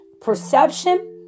Perception